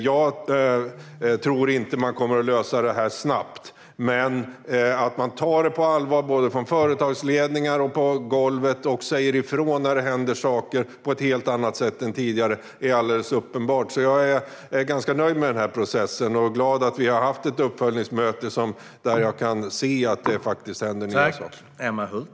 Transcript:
Jag tror inte att man kommer att lösa det här snabbt, men det är alldeles uppenbart att man tar det på allvar både från företagsledningars sida och på golvet - och att man säger ifrån på ett helt annat sätt än tidigare när det händer saker. Jag är alltså ganska nöjd med den här processen och glad att vi har haft ett uppföljningsmöte där jag kunde se att det händer nya saker.